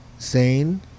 Zane